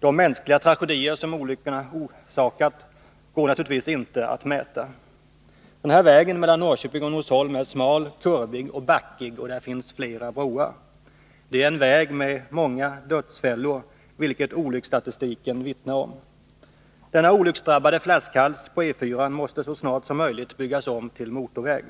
De mänskliga tragedier som olyckorna orsakat går naturligtvis inte att mäta. Denna väg mellan Norrköping och Norsholm är smal, kurvig och backig, och där finns flera broar. Det är en väg med många dödsfällor, vilket olycksstatistiken vittnar om. Denna olycksdrabbade flaskhals på E 4-an måste så snart som möjligt byggas om till motorväg.